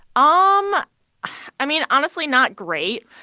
ah um i mean, honestly, not great